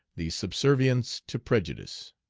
the subservience to prejudice!